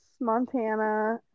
Montana